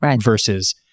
versus